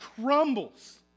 crumbles